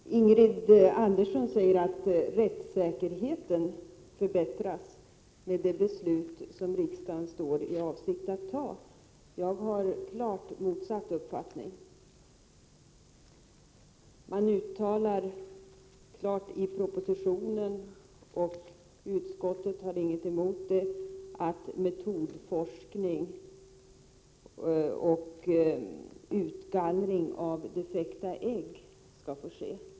Fru talman! Ingrid Andersson säger att rättssäkerheten förbättras med det beslut som riksdagen står i begrepp att fatta. Jag har klart motsatt uppfattning. I propositionen uttalas klart — och utskottet har ingenting att erinra — att metodforskning och utgallring av defekta ägg skall få ske.